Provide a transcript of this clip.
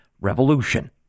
revolution